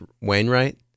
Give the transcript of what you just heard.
Wainwright